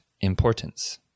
importance